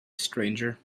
stranger